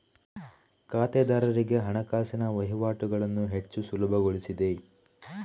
ಖಾತೆದಾರರಿಗೆ ಹಣಕಾಸಿನ ವಹಿವಾಟುಗಳನ್ನು ಹೆಚ್ಚು ಸುಲಭಗೊಳಿಸಿದೆ